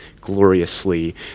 gloriously